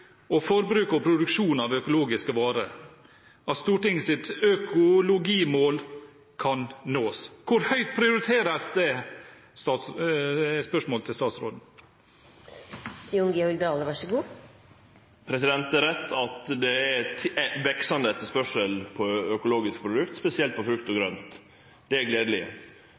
og forbruk og produksjon av økologiske varer, at Stortingets økologimål kan nås? Hvor høyt prioriteres det? Det er spørsmålet til statsråden. Det er rett at det er veksande etterspørsel etter økologiske produkt, spesielt frukt og grønt. Det er